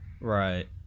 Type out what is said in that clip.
Right